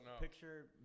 Picture